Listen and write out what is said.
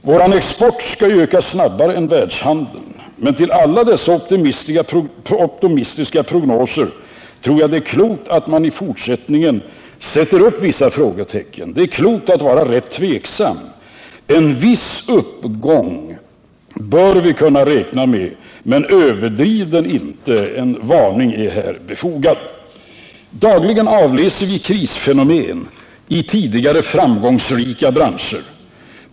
Vår export skall vidare öka snabbare än världshandeln. Men jag tror att det är klokt om man i fortsättningen sätter vissa frågetecken vid alla optimistika prognoser. Det är klokt att vara rätt tveksam. En viss uppgång bör vi kunna räkna med, men överdriv den inte. En varning är här befogad. Dagligen avläser vi krisfenomen i tidigare framgångsrika branscher.